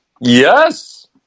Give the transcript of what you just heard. yes